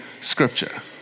scripture